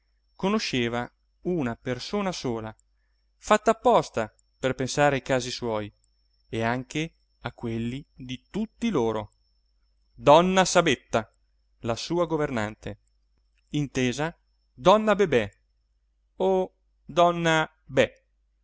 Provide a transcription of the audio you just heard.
conosceva una persona sola fatta apposta per pensare ai casi suoi e anche a quelli di tutti loro donna sabetta la sua governante intesa donna bebé o donna be